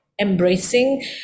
embracing